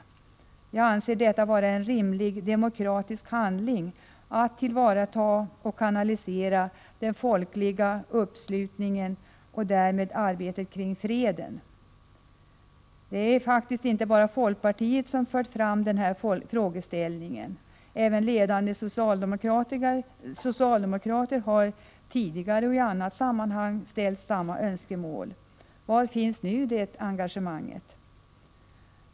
Jag anser det vara en rimlig demokratisk handling att tillvarata och kanalisera den folkliga uppslutningen och därmed arbetet kring freden. Det är faktiskt inte bara folkpartiet som fört fram detta förslag. Även ledande socialdemokrater har tidigare i annat sammanhang framställt samma önskemål. Var finns nu det engagemanget?